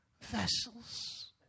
vessels